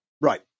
Right